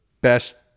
best